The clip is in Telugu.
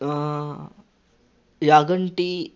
యాగంటి